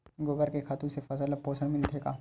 गोबर के खातु से फसल ल पोषण मिलथे का?